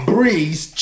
Breeze